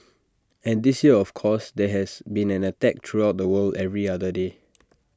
and this year of course there has been an attack throughout the world every other day